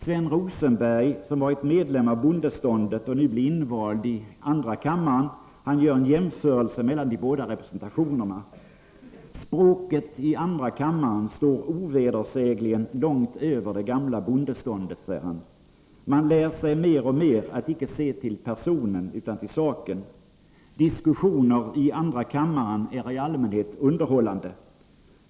Sven Rosenberg, som varit medlem av bondeståndet och nu blev invald i andra kammaren, gör en jämförelse mellan de båda representationerna: ”Språket i andra kammaren står ovedersägligen långt över det gamla bondeståndet. Man lär sig mer och mer att inte se till personen utan till saken. Diskussionen i andra kammaren är i allmänhet underhållande.